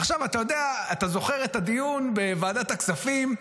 עכשיו, אתה זוכר את הדיון בוועדת הכספים.